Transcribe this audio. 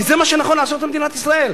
כי זה מה שנכון לעשות במדינת ישראל,